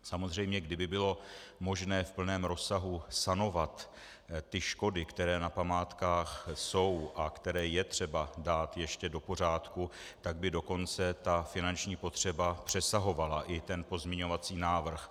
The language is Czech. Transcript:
Samozřejmě kdyby bylo možné v plném rozsahu sanovat škody, které na památkách jsou a které je třeba dát ještě do pořádku, tak by dokonce finanční potřeba přesahovala i ten pozměňovací návrh.